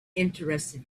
interested